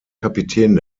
kapitän